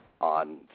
on